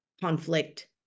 conflict